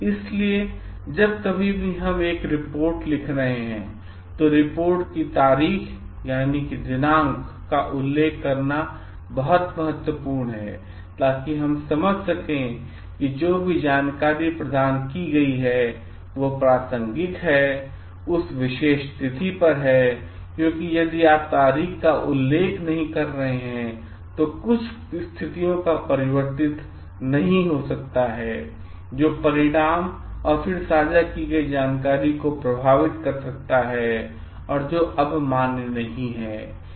इसलिए जब भी हम एक रिपोर्ट लिख रहे हैं तो रिपोर्ट की तारीखदिनांक का उल्लेख करना बहुत महत्वपूर्ण है ताकि हम समझ सकें कि जो भी जानकारी प्रदान की गई है वह प्रासंगिक है उस विशेष तिथि पर क्योंकि यदि आप तारीख का उल्लेख नहीं कर रहे हैं तो कुछ स्थितियों का परिवर्तित नहीं हो सकता है जो परिणाम और फिर साझा की गई जानकारी को प्रभावित कर सकता है जो अब मान्य नहीं है